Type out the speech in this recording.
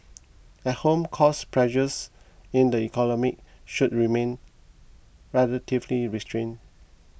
at home cost pressures in the economy should remain relatively restrained